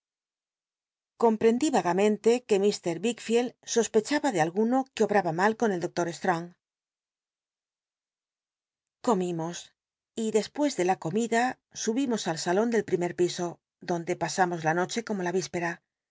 comprendí vagamente que mr wickfield sospechaba de alguno que obraba mal con el doctor strong comimos y despues de la comida subimos al salon del primer piso donde pasamos la noche como la íspera